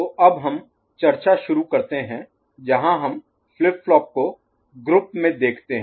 तो अब हम चर्चा शुरू करते हैं जहाँ हम फ्लिप फ्लॉप को ग्रुप Group समूह में देखते हैं